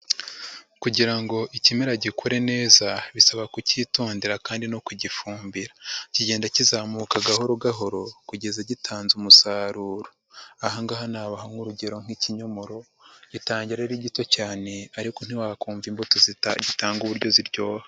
Kugira ngo ikimera gikore neza, bisaba kucyitondera kandi no kugifumbira, kigenda kizamuka gahoro gahoro, kugeza gitanze umusaruro. Aha ngaha nabaha nk'urugero nk'kinyomoro, gitangira ari gito cyane ariko ntiwakumva imbuto gitanga uburyo ziryoha.